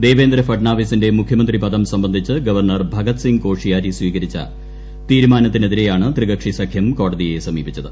ദേവേന്ദ്ര ഫട്നവിസിന്റെ മുഖ്യമന്ത്രി പദം സംബന്ധിച്ച് ഗവർണർ ഭഗത്സിങ് കോഷിയാരി സ്വീകരിച്ച തീരുമാനത്തിനെതിരെയാണ് ത്രികക്ഷി സഖ്യം കോടതിയെ സമീപിച്ചത്